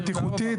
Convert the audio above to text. בטיחותית,